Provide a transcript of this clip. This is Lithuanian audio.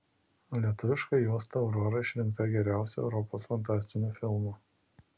lietuviška juosta aurora išrinkta geriausiu europos fantastiniu filmu